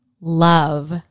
love